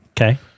Okay